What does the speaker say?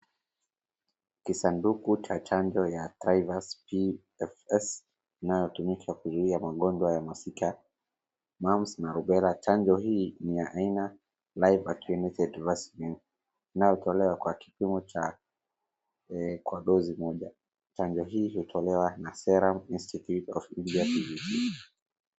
Kisanduku cha chanjo ya Travax PFS inayotumika kuzuia magonjwa ya masika, mumps na rubella . Chanjo hii ni ya aina ya live attenuated vaccine inayotolewa kwa kipimo cha kwa dozi moja. Chanjo hii hutolewa na Serum Institute of India Pvt .